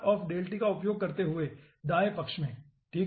और का उपयोग करते हुए दाएं पक्ष में ठीक है